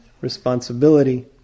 responsibility